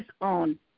on